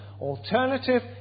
alternative